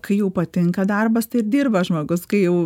kai jau patinka darbas tai ir dirba žmogus kai jau